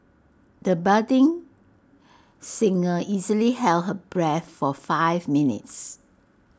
the budding singer easily held her breath for five minutes